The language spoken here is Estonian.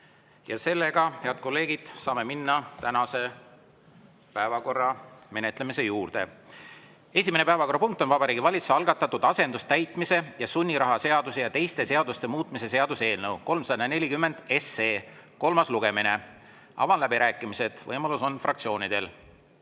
Ja nüüd, head kolleegid, saame minna tänase päevakorra menetlemise juurde. Esimene päevakorrapunkt on Vabariigi Valitsuse algatatud asendustäitmise ja sunniraha seaduse ja teiste seaduste muutmise seaduse eelnõu 340 kolmas lugemine. Avan läbirääkimised, võimalus on fraktsioonidel.